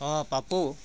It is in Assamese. অঁ পাপু